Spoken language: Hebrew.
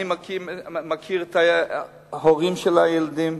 אני מכיר את ההורים של הילדים,